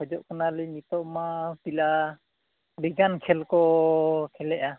ᱠᱷᱚᱡᱚᱜ ᱠᱟᱱᱟᱞᱤᱧ ᱱᱤᱛᱳᱜ ᱢᱟ ᱯᱤᱞᱟ ᱟᱹᱰᱤᱜᱟᱱ ᱠᱷᱮᱞ ᱠᱚ ᱠᱷᱮᱞᱮᱜᱼᱟ